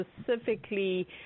specifically